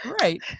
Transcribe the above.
Right